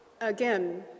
again